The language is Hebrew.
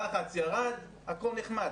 הלחץ ירד, הכול נחמד.